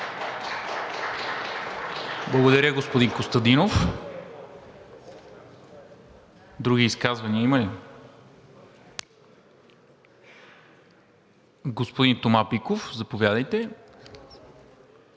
Благодаря, господин Костадинов. Други изказвания? Господин Тома Биков, заповядайте.